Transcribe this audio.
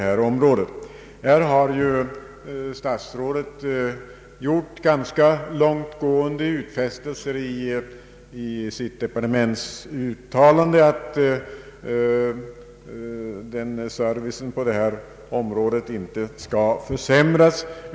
Här har dock statsrådet gjort ganska långtgående utfästelser i sitt departementsuttalande. Han säger att servicen på detta område inte skall försämras.